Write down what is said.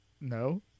no